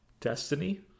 destiny